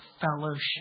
fellowship